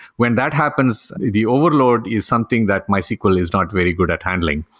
when that happens, the the overload is something that mysql is not very good at handling.